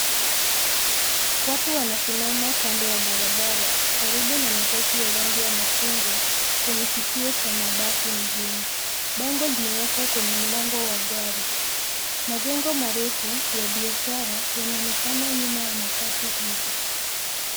Watu wanasimama kando ya barabara, karibu na matatu ya rangi ya machungwa kwenye kitu cha mabasi ya mjini. Bango limewekwa kwenye mlango wa gari. Majengo marefu ya biashara yanaonekana nyuma ya matatu hizi.